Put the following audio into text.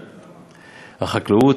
החקלאות,